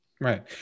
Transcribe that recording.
Right